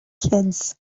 kids